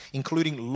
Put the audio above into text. including